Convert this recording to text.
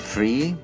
Free